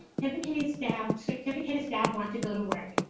certificated staff certificated staff want to go to work,